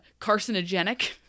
carcinogenic